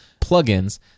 plugins